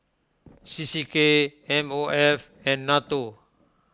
C C K M O F and Nato